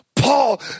Paul